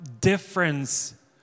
difference